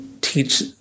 teach